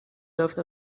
laughed